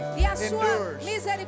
endures